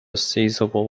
sizeable